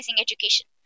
education